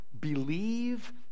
believe